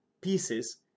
Pieces